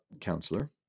counselor